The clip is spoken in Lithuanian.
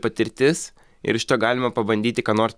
patirtis ir iš to galima pabandyti ką nors